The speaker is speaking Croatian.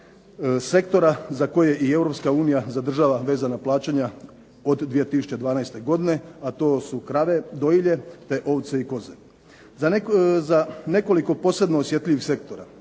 sektora za koje i Europska unija zadržava vezana plaćanja od 2012. godine, a to su krave dojilje te ovce i koze. Za nekoliko posebno osjetljivih sektora